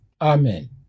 Amen